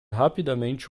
rapidamente